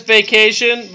Vacation